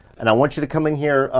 and i want you to come in here,